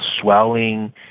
swelling